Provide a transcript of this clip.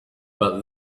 but